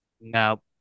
No